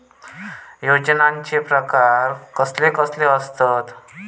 योजनांचे प्रकार कसले कसले असतत?